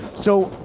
so,